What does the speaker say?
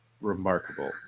remarkable